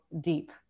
deep